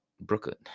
Brooklyn –